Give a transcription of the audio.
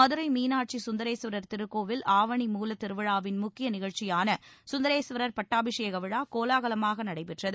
மதுரை மீனாட்சி சுந்தரேஸ்வரர் திருக்கோவில் ஆவணி மூலத் திருவிழாவின் முக்கிய நிகழ்ச்சியான சுந்தரேஸ்வரர் பட்டாபிஷேக விழா கோலாகலமாக நடைபெற்றது